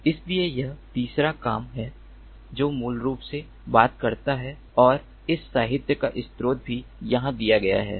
इसलिए यह तीसरा काम है जो मूल रूप से बात करता है और इस साहित्य का स्रोत भी यहां दिया गया है